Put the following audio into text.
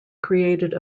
created